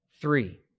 three